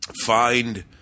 find